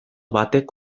batek